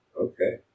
okay